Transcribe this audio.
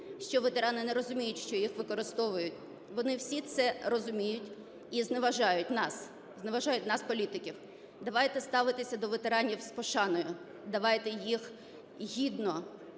що ветерани не розуміють, що їх використовують, вони всі це розуміють і зневажають нас, зневажають нас – політиків. Давайте ставитися до ветеранів з пошаною, давайте їх гідно